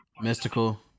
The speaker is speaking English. Mystical